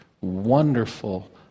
wonderful